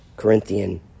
Corinthian